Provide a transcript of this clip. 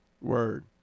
word